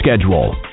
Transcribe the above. schedule